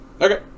Okay